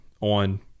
on